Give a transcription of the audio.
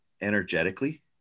energetically